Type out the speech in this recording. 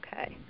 Okay